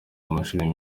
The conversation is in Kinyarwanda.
amashuri